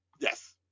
Yes